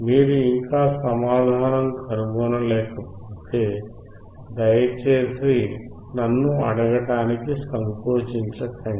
మీరు ఇంకా సమాధానం కనుగొనలేకపోతే దయచేసి నన్ను అడగడానికి సంకోచించకండి